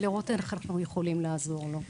ולראות איך אנחנו יכולים לעזור לו.